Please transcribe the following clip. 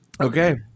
Okay